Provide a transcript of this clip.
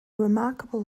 remarkable